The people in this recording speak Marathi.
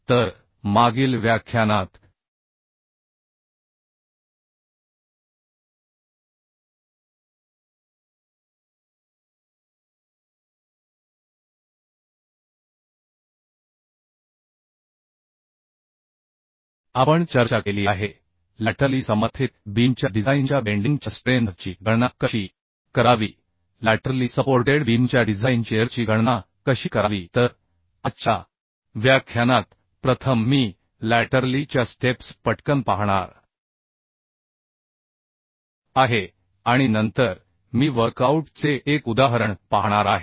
तर मागील व्याख्यानात आपण चर्चा केली आहे लॅटरली समर्थित बीमच्या डिझाइनच्या बेंडिंग च्या स्ट्रेंथ ची गणना कशी करावी लॅटरली सपोर्टेड बीमच्या डिझाइन शिअरची गणना कशी करावी तर आजच्या व्याख्यानात प्रथम मी लॅटरली च्या स्टेप्स पटकन पाहणार आहे आणि नंतर मी वर्कआऊट चे एक उदाहरण पाहणार आहे